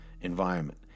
environment